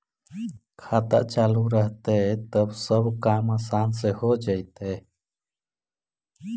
खाता चालु रहतैय तब सब काम आसान से हो जैतैय?